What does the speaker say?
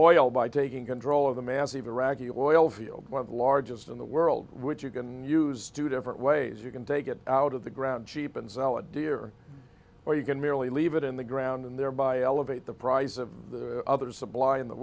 oil by taking control of the mass iraqi oil fields one of the largest in the world which you can use two different ways you can take it out of the ground cheap and solid dear or you can merely leave that in the ground and thereby elevate the price of the other supply in the